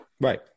right